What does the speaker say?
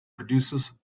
produces